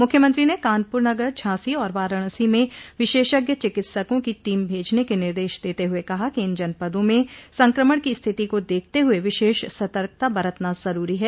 मुख्यमंत्री ने कानपुर नगर झांसी और वाराणसी में विशेषज्ञ चिकित्सकों की टीम भेजने के निर्देश देते हुए कहा कि इन जनपदों में संक्रमण की स्थिति को देखते हुए विशेष सतर्कता बरतना जरूरी है